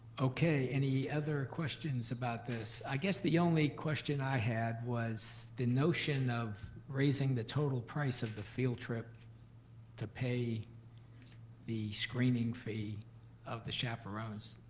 okay, any other questions about this? i guess the only question i had was the notion of raising the total price of the field trip to pay the screening fee of the chaperones.